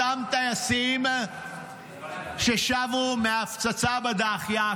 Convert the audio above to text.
אותם טייסים ששבו מההפצצה בדאחיה,